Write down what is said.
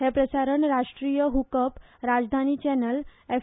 हे प्रसारण राष्ट्रीय hook up राजधानी चॅनल एफ